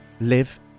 live